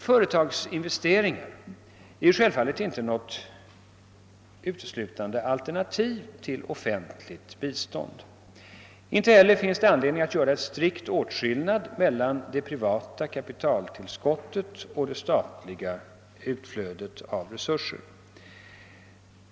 Företagsinvesteringar är självfallet inte något utelsutande alternativ till offentligt bistånd. Inte heller finns det anledning att göra strikt åtskillnad mellan det privata kapitalstillskottet och det statliga utflödet av resurser.